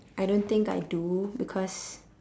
I don't think I do because